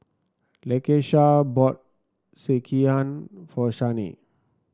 Lakesha bought Sekihan for Shane